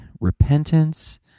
repentance